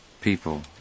people